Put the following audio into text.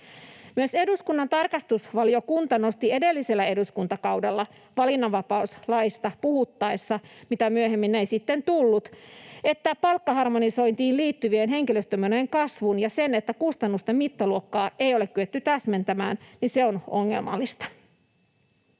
Myös eduskunnan tarkastusvaliokunta nosti edellisellä eduskuntakaudella valinnanvapauslaista puhuttaessa — mitä myöhemmin ei sitten tullut — esille, että on ongelmallista, että palkkaharmonisointiin liitty-vien henkilöstömenojen kasvua ja kustannusten mittaluokkaa ei ole kyetty täsmentämään. Sote- ja